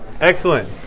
Excellent